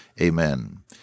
Amen